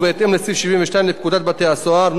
ובהתאם לסעיף 72 לפקודת בתי-הסוהר ,